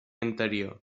anterior